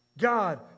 God